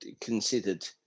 considered